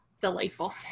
Delightful